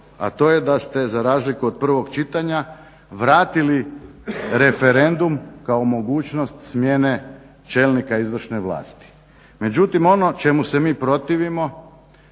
a to je da ste za razliku od prvog čitanja vratili referendum kao mogućnost smjene čelnika izvršne vlasti. Međutim ono čemu se mi protivimo